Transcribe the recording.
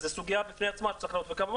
אז זאת סוגיה בפני עצמה וכמובן,